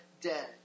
dead